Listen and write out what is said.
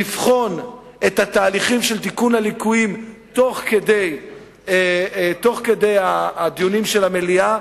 לבחון את התהליכים של תיקון הליקויים תוך כדי הדיונים של המליאה,